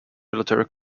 military